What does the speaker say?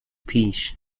پیش